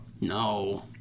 No